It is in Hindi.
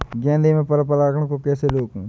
गेंदा में पर परागन को कैसे रोकुं?